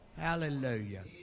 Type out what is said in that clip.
Hallelujah